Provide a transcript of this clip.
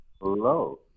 Hello